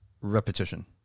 Repetition